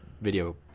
video